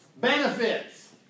Benefits